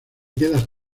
quedas